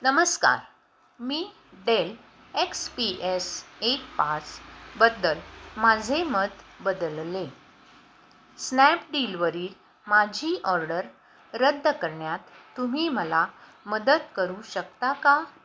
नमस्कार मी Dell X P S एक पाचबद्दल माझे मत बदलले स्नॅपडीलवरील माझी ऑर्डर रद्द करण्यात तुम्ही मला मदत करू शकता का